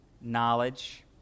knowledge